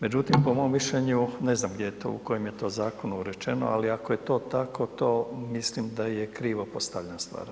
Međutim, po mom mišljenju, ne znam gdje je to, u kojem je to zakonu rečeno, ali ako je to tako, to mislim da je krivo postavljena stvar.